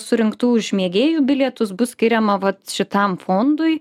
surinktų už mėgėjų bilietus bus skiriama vat šitam fondui